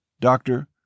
Doctor